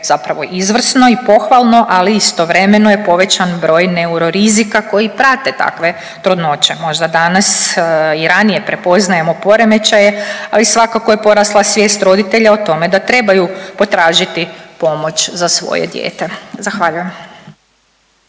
zapravo izvrsno i pohvalno, ali istovremeno je povećan broj neurorizika koji prate takve trudnoće. Možda danas i ranije prepoznajemo poremećaje, ali svakako je porasla svijest roditelja o tome da trebaju potražiti pomoć za svoje dijete. Zahvaljujem.